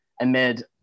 amid